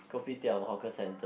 Kopitiam Hawker Centre